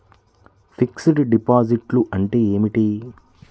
Fixed డిపాజిట్లు అంటే ఏమిటి?